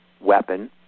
weapon